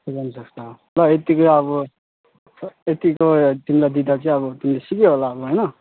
ल यत्तिकै अब यत्तिको तिमीलाई दिँदा चाहिँ अब तिमीले सिक्यो होला अब होइन